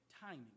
timing